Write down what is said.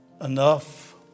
enough